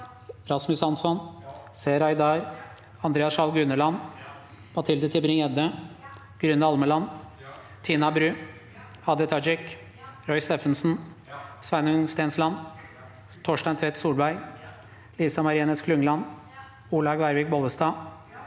Rasmus Hansson, Seher Aydar, Andreas Sjalg Unneland, Mathilde Tybring-Gjedde, Grunde Almeland, Tina Bru, Hadia Tajik, Roy Steffensen, Sveinung Stensland, Torstein Tvedt Solberg, Lisa Marie Ness Klungland, Olaug Vervik Bollestad,